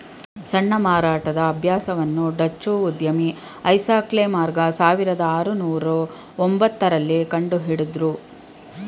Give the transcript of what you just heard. ಸಣ್ಣ ಮಾರಾಟದ ಅಭ್ಯಾಸವನ್ನು ಡಚ್ಚು ಉದ್ಯಮಿ ಐಸಾಕ್ ಲೆ ಮಾರ್ಗ ಸಾವಿರದ ಆರುನೂರು ಒಂಬತ್ತ ರಲ್ಲಿ ಕಂಡುಹಿಡುದ್ರು